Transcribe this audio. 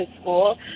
school